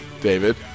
David